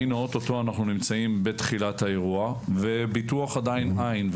והינה אוטוטו אנחנו נמצאים בתחילת האירוע וביטוח עדיין אין.